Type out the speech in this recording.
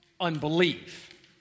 unbelief